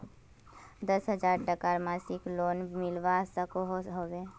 दस हजार टकार मासिक लोन मिलवा सकोहो होबे?